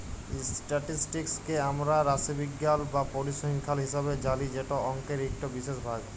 statistics কে আমরা রাশিবিজ্ঞাল বা পরিসংখ্যাল হিসাবে জালি যেট অংকের ইকট বিশেষ ভাগ